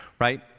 Right